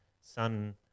sun